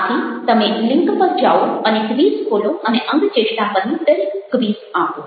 આથી તમે લિન્ક પર જાઓ અને ક્વિઝ ખોલો અને અંગચેષ્ટા પરની દરેક ક્વિઝ આપો